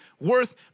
worth